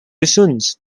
sons